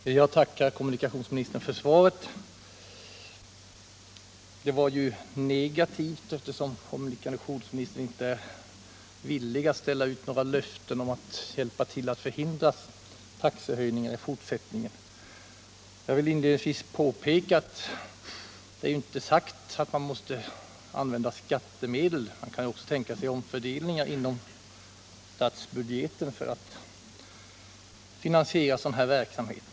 Herr talman! Jag tackar kommunikationsministern för svaret. Det var ju negativt, eftersom kommunikationsministern inte är villig att ställa ut några löften om att hjälpa till att förhindra taxehöjningar i fortsättningen. Jag vill inledningsvis påpeka att det inte är sagt att det krävs att man tar ut mer skattemedel; man kan ju också tänka sig en omfördelning inom statsbudgeten för att finansiera sådan här verksamhet.